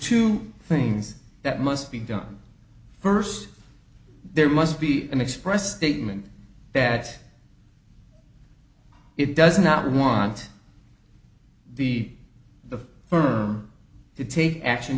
two things that must be done first there must be an express statement that it does not want to be the firm to take action